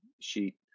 sheet